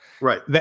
right